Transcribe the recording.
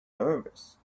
nervous